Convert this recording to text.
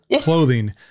clothing